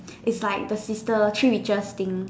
it's like the sister three witches thing